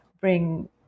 bring